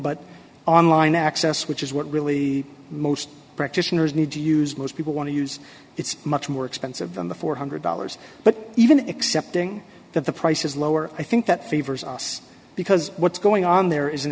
but online access which is what really most practitioners need to use most people want to use it's much more expensive than the four hundred dollars but even accepting that the price is lower i think that favors us because what's going on there is an